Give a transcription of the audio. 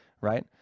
right